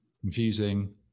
confusing